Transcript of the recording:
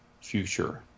future